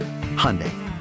Hyundai